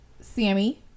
Sammy